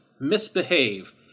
Misbehave